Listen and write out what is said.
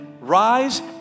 rise